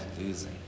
losing